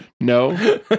no